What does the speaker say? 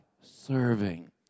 serving